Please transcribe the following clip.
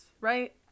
right